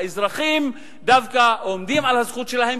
האזרחים דווקא עומדים על הזכות שלהם,